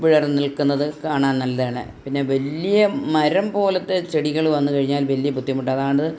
വിടർന്ന് നിൽക്കുന്നത് കാണാൻ നല്ലതാണ് പിന്നെ വലിയ മരം പോലത്തെ ചെടികള് വന്ന് കഴിഞ്ഞാൽ വലിയ ബുദ്ധിമുട്ടാണ് അതാണ്